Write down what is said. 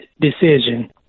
decision